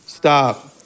Stop